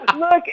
Look